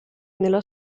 nella